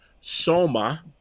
soma